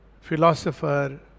philosopher